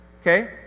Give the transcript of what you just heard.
Okay